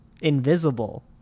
invisible